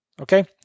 okay